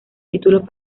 títulos